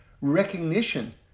recognition